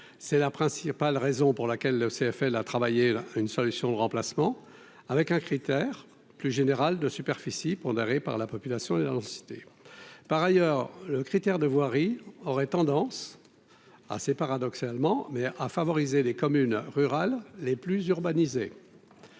c'est la principale raison pour laquelle le CFL a travaillé là une solution de remplacement, avec un critère plus général de superficie pondéré par la population dans cité par ailleurs le critère de voirie aurait tendance, assez paradoxalement, mais à favoriser les communes rurales les plus urbanisés.